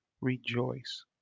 rejoice